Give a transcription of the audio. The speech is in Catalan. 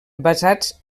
basats